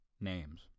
names